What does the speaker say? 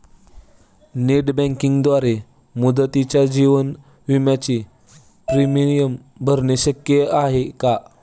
Net बँकिंगद्वारे मुदतीच्या जीवन विम्याचे प्रीमियम भरणे शक्य आहे का?